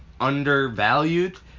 undervalued